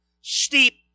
steep